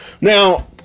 Now